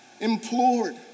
implored